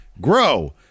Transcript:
grow